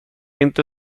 inte